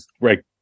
right